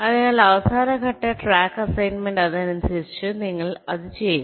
അതിനാൽ അവസാന ഘട്ട ട്രാക്ക് അസൈൻമെന്റ് അതിനനുസരിച്ച് നിങ്ങൾ അത് ചെയ്യുക